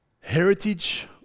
heritage